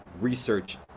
research